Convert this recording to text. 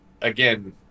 again